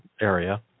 area